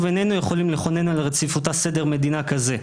איננו יכולים לכונן על רציפותה סדר מדינה כזה.